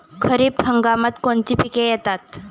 खरीप हंगामात कोणती पिके येतात?